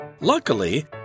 Luckily